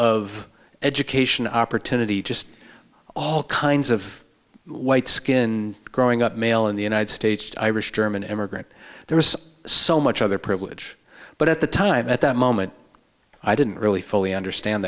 of education opportunity just all kinds of white skin growing up mail in the united states irish german immigrant there was so much other privilege but at the time at that moment i didn't really fully understand